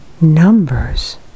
numbers